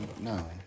No